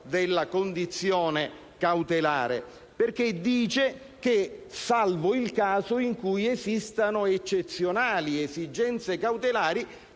della condizione cautelare, perché fa salvo il caso in cui esistano eccezionali esigenze cautelari